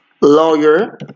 Lawyer